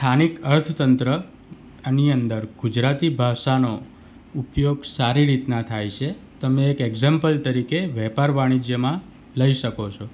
સ્થાનિક અર્થતંત્ર એની અંદરોઅંદર ગુજરાતી ભાષાનો ઉપયોગ સારી રીતના થાય છે તમે એક એક્ઝામ્પલ તરીકે વેપાર વાણિજ્યમાં લઈ શકો છો